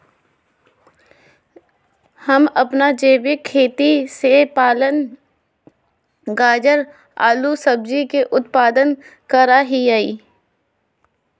हम अपन जैविक खेती से पालक, गाजर, आलू सजियों के उत्पादन करा हियई